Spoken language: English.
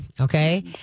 okay